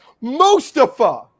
Mustafa